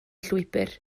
llwybr